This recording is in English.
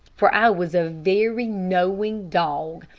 for i was a very knowing dog,